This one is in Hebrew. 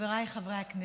חבריי חברי הכנסת,